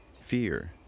fear